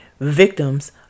victims